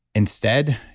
instead,